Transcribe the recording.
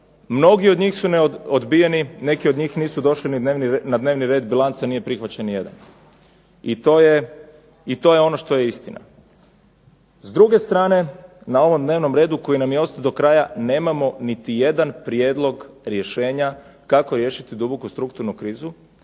Mnogi od njih su …/Ne razumije se./…, neki od njih nisu došli ni na dnevni red bilanca, nije prihvaćen ni jedan, i to je ono što je istina. S druge strane na ovom dnevnom redu koji nam je ostao do kraja nemamo niti jedan prijedlog rješenja kako riješiti duboku strukturnu krizu,